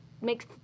makes